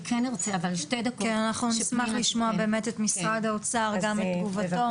אנחנו נשמח לשמוע את משרד האוצר ותגובתו.